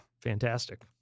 fantastic